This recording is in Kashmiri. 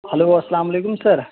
ہیلو السلامُ علیکُم سَر